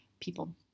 people